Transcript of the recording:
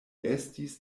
estis